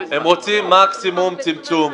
הם רוצים מקסימום צמצום.